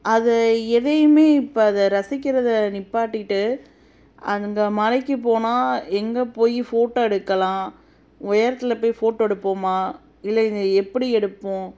அதை எதையுமே இப்போ அதை ரசிக்கிறதை நிப்பாட்டிவிட்டு அந்த மலைக்குப்போனால் எங்கே போய் ஃபோட்டோ எடுக்கலாம் உயரத்தில் போய் ஃபோட்டோ எடுப்போமா இல்லை இதை எப்படி எடுப்போம்